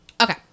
Okay